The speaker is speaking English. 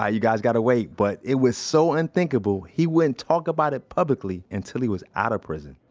ah you guys gotta wait. but it was so unthinkable, he wouldn't talk about it publicly until he was out of prison.